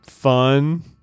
Fun